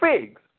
figs